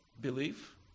belief